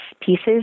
pieces